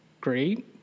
great